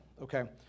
Okay